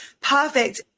Perfect